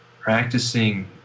practicing